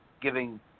giving